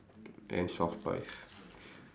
and soft toys